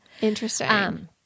Interesting